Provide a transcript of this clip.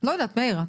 לא יודעת, מאיר.